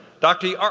dr. yeah ah